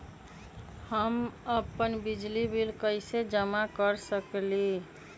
हम अपन बिजली बिल कैसे जमा कर सकेली?